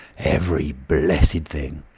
every blessed thing.